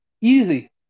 Easy